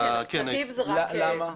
למה?